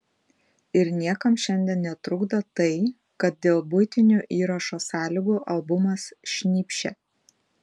ir niekam šiandien netrukdo tai kad dėl buitinių įrašo sąlygų albumas šnypščia